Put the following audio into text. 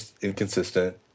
inconsistent